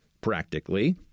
practically